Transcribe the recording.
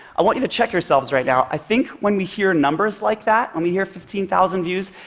i want you to check yourselves right now. i think when we hear numbers like that, when we hear fifteen thousand views,